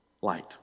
light